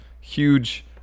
huge